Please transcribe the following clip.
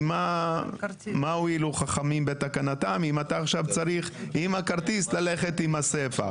כי מה הועילו חכמים בתקנתם אם אתה עכשיו צריך עם הכרטיס ללכת עם הספח?